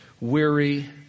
weary